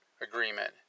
agreement